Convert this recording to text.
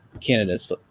candidates